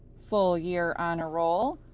full year honor roll,